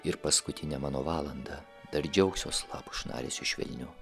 ir paskutinę mano valandą dar džiaugsiuos lapų šnaresiu švelniu